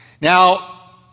Now